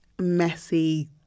Messy